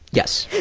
yes.